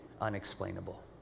unexplainable